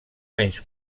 menys